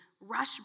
rush